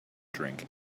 drink